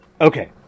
Okay